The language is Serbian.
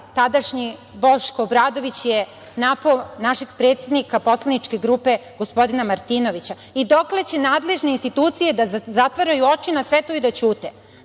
tadašnji kolega Boško Obradović je napao našeg predsednika poslaničke grupe gospodina Martinovića. Dokle će nadležne institucije da zatvaraju oči na sve to i da ćute?